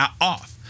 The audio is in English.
off